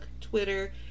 Twitter